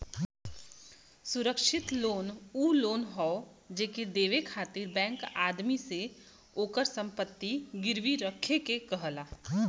सुरक्षित लोन उ लोन हौ जेके देवे खातिर बैंक आदमी से ओकर संपत्ति गिरवी रखे के कहला